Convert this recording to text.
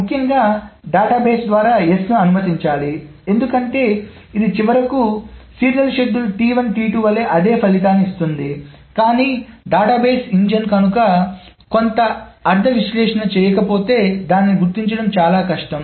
ముఖ్యంగా డేటాబేస్ ద్వారా S ను అనుమతించాలి ఎందుకంటే ఇది చివరకు సీరియల్ షెడ్యూల్ వలె అదే ఫలితాన్ని ఇస్తుంది కానీ డేటాబేస్ ఇంజిన్ కనుక కొంత అర్థ విశ్లేషణ చేయకపోతేదానిని గుర్తించడం చాలా కష్టం